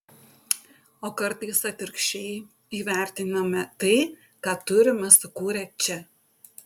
o kartais atvirkščiai įvertiname tai ką turime sukūrę čia